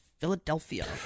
Philadelphia